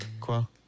Quoi